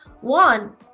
One